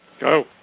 Go